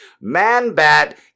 Man-Bat